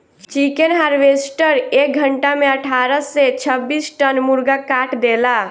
chicken harvester एक घंटा में अठारह से छब्बीस टन मुर्गा काट देला